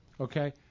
Okay